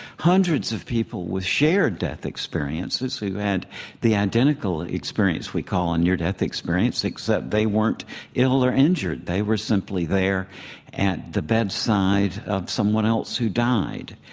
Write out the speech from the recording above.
hundreds of people with shared death experiences who had and the identical experience we call a near-death experience, except they weren't ill or injured, they were simply there at the bedside of someone else who died,